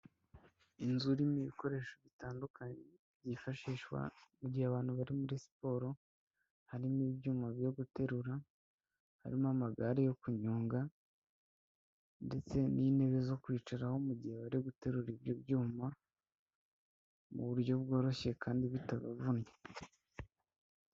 Inzu irimo ibikoresho bitandukanye; byifashishwa mu gihe abantu bari muri siporo harimo ibyuma byo guterura, harimo amagare yo kunyonga ndetse n'intebe zo kwicaraho mu gihe bari guterura ibyo byuma mu buryo bworoshye kandi bitabavunnye.